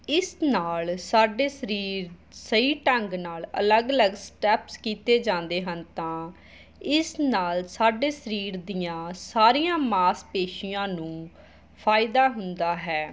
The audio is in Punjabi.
ਇਸ ਨਾਲ ਸਾਡੇ ਸਰੀਰ ਸਹੀ ਢੰਗ ਨਾਲ ਅਲੱਗ ਅਲੱਗ ਸਟੈਪਸ ਕੀਤੇ ਜਾਂਦੇ ਹਨ ਤਾਂ ਇਸ ਨਾਲ ਸਾਡੇ ਸਰੀਰ ਦੀਆਂ ਸਾਰੀਆਂ ਮਾਸਪੇਸ਼ੀਆਂ ਨੂੰ ਫ਼ਾਇਦਾ ਹੁੰਦਾ ਹੈ